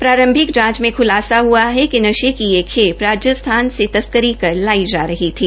प्रारंभिक जांच में खुलासा हुआ है कि नशे की यह खेप राजस्थान से तस्करी कर लाई जा रही थी